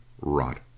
Rot